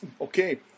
Okay